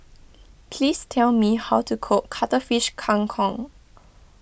please tell me how to cook Cuttlefish Kang Kong